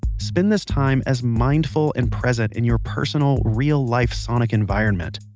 spend this time as mindful and present in your personal real-life sonic environment.